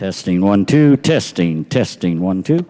testing one two testing testing one t